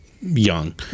young